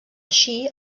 així